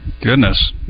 goodness